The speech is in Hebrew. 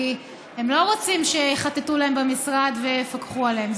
כי הם לא רוצים שיחטטו להם במשרד ויפקחו עליהם.